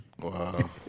Wow